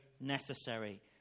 necessary